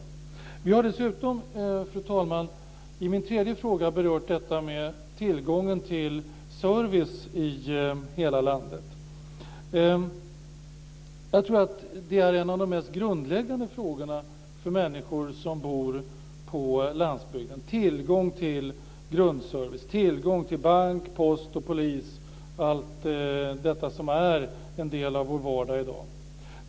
Jag har dessutom, fru talman, i min tredje fråga berört tillgången till service i hela landet. Jag tror att en av de mest grundläggande frågor för människor som bor på landsbygden är tillgången till grundservice, tillgång till bank, post, polis och allt detta som är en del av vår vardag i dag.